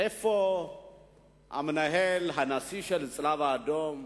איפה המנהל, הנשיא של הצלב-האדום?